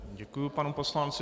Děkuju panu poslanci.